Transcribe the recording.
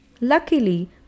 Luckily